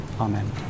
Amen